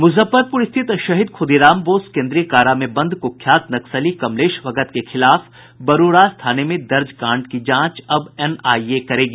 मुजफ्फरपुर स्थित शहीद खुदीराम बोस केंद्रीय कारा में बंद कुख्यात नक्सली कमलेश भगत के खिलाफ बरूराज थाने में दर्ज कांड की जांच अब एनआईए करेगी